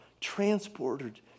transported